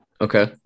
Okay